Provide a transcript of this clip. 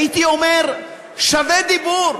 הייתי אומר: שווה דיבור.